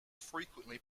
frequently